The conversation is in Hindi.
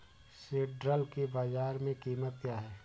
सिल्ड्राल की बाजार में कीमत क्या है?